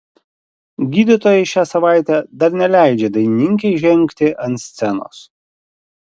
gydytojai šią savaitę dar neleidžia dainininkei žengti ant scenos